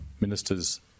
Ministers